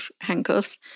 handcuffs